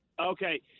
Okay